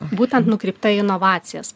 būtent nukreipta į inovacijas